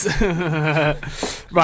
right